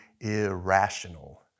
irrational